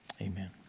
Amen